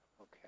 Okay